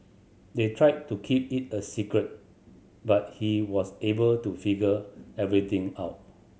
they tried to keep it a secret but he was able to figure everything out